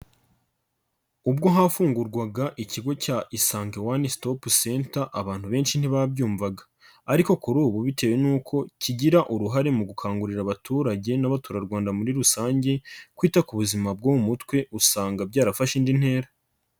Ubwo hafungurwaga ikigo cya Isange one stop center, abantu benshi ntibabyumvaga ariko kuri ubu bitewe nuko kigira uruhare mu gukangurira abaturage n'abaturarwanda muri rusange, kwita ku buzima bwo mutwe usanga byarafashe indi ntera.